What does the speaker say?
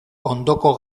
ondoko